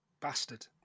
Bastard